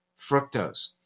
fructose